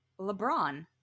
lebron